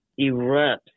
erupts